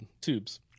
tubes